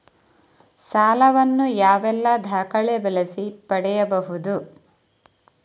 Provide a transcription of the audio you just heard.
ಸಾಲ ವನ್ನು ಯಾವೆಲ್ಲ ದಾಖಲೆ ಬಳಸಿ ಪಡೆಯಬಹುದು?